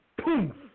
poof